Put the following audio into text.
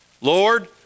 Lord